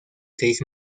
seis